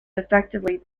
effectively